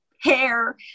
hair